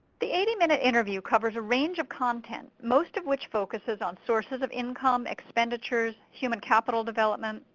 the eighty minute interview covers a range of content, most of which focuses on sources of income, expenditures, human capital development,